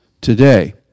today